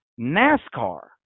NASCAR